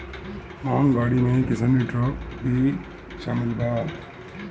महँग गाड़ी में किसानी ट्रक भी शामिल बा